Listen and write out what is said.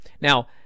Now